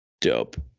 dope